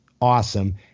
awesome